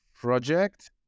project